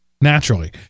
naturally